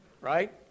right